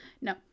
No